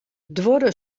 duorre